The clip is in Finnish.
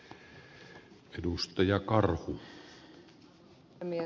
arvoisa puhemies